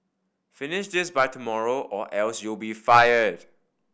finish this by tomorrow or else you'll be fired